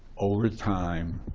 over time,